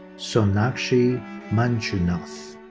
sonakshi manjunath.